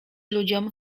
ludziom